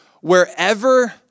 Wherever